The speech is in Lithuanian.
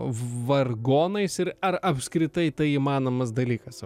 vargonais ir ar apskritai tai įmanomas dalykas